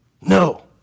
No